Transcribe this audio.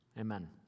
Amen